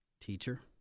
teacher